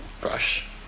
brush